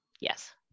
Yes